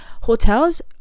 hotels